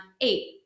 Eight